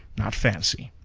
not fancy.